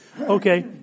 Okay